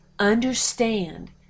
Understand